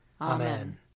Amen